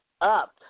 up